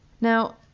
Now